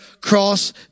cross